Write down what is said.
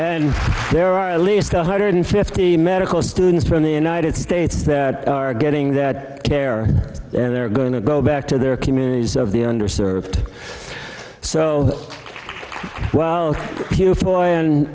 thin there are at least one hundred fifty medical students from the united states that are getting that care and they're going to go back to their communities of the under served so well and